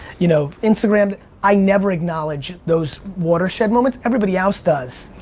you know instagram i never acknowledges those watershed moments. everybody else does.